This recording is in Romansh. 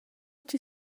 chi